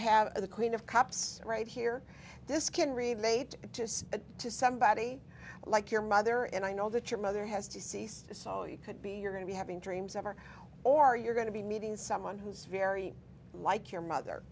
have the queen of cups right here this can relate to somebody like your mother and i know that your mother has deceased so you could be you're going to be having dreams over or you're going to be meeting someone who's very like your mother